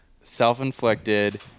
self-inflicted